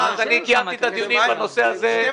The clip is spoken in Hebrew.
91